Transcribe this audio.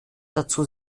dazu